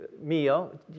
meal